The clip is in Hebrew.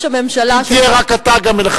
חברי חברי הכנסת,